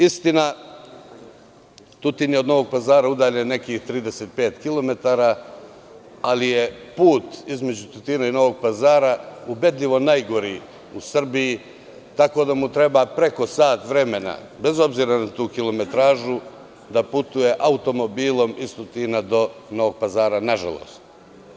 Istina, Tutin je od Novog Pazara udaljen nekih 35 kilometara, ali je put između Tutina i Novog Pazara ubedljivo najgori u Srbiji, tako da mu treba preko sat vremena, bez obzira na tu kilometražu, da putuje automobilom iz Tutina do Novog Pazara, nažalost.